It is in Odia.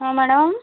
ହଁ ମ୍ୟାଡ଼ାମ୍